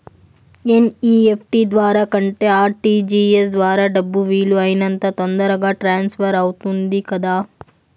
NEFT ద్వారా కంటే RTGS ద్వారా డబ్బు వీలు అయినంత తొందరగా ట్రాన్స్ఫర్ అవుతుంది కదా